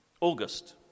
august